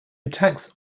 attacks